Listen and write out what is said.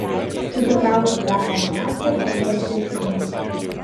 susikrauti teko manatkes ir lėkti iš namų